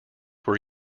were